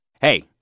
Hey